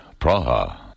Praha